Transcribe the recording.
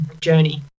journey